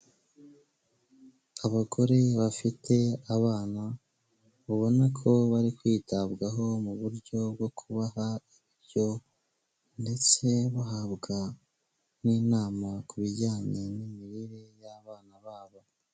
Abagore bafite abana ubona ko bari kwitabwaho mu buryo bwo kubaha ibiryo ndetse bahabwa n'inama ku bijyanye n'imirire y'abana babo.